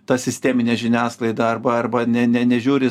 ta sistemine žiniasklaida arba arba ne ne nežiūri